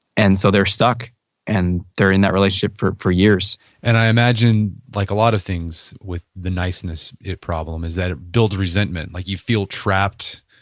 and so they're stuck and they're in that relationship for for years and i imagine, like a lot of things with the niceness problem is that built resentment. like you feel trapped.